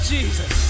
Jesus